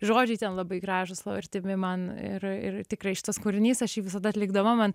žodžiai ten labai gražūs labai artimi man ir ir tikrai šitas kūrinys aš jį visada atlikdama man